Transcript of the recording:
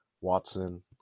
Watson